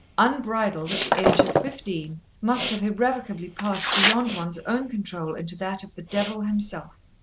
unbridled at the age of fifteen, must have irrevocably passed beyond one's own control into that of the devil himself.